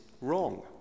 wrong